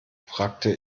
fragte